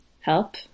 help